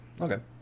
Okay